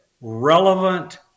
relevant